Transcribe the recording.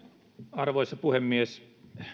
arvoisa puhemies